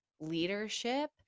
leadership